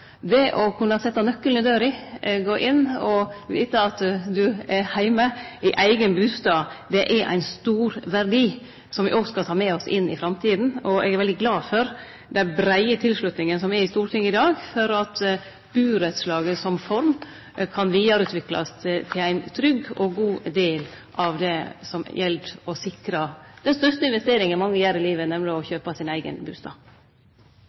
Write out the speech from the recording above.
Det å kunne setje nøkkelen i døra, gå inn og vite at ein er heime i eigen bustad, er ein stor verdi som me òg skal ta med oss inn i framtida. Eg er veldig glad for den breie tilslutninga som er i Stortinget i dag for at burettslaget som form kan vidareutviklast til ein trygg og god del av det som gjeld å sikre den største investeringa mange gjer i livet, nemleg å kjøpe sin eigen bustad.